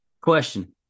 question